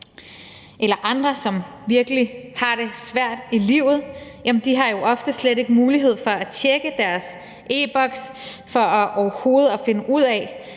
eller andre, som virkelig har det svært i livet, har jo ofte slet ikke mulighed for at tjekke deres e-boks for overhovedet at finde ud af,